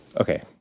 okay